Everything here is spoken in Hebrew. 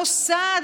המוסד,